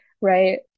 right